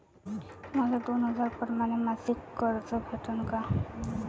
मले दोन हजार परमाने मासिक कर्ज कस भेटन?